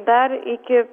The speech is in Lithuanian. dar iki